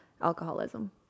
alcoholism